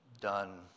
done